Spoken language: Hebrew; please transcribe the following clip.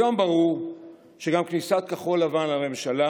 היום ברור שגם כניסת כחול לבן לממשלה,